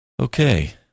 Okay